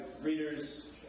readers